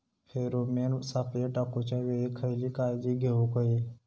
Pheromone सापळे टाकूच्या वेळी खयली काळजी घेवूक व्हयी?